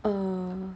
err